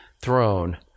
throne